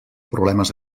problemes